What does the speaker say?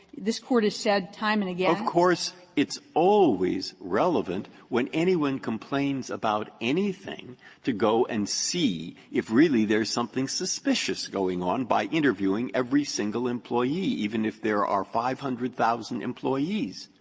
this court has said time and again breyer of course it's always relevant when anyone complains about anything to go and see if really there's something suspicious going on by interviewing every single employee, even if there are five hundred thousand employees.